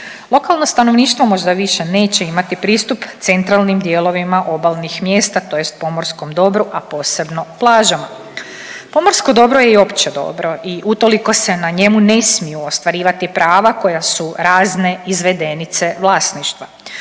Lokalno stanovništvo možda više neće imati pristup centralnim dijelovima obalnih mjesta tj. pomorskom dobru, a posebno plažama. Pomorsko dobro je i opće dobro i utoliko se na njemu ne smiju ostvarivati prava koja su razne izvedenice vlasništva.